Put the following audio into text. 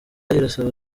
irasaba